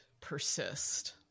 persist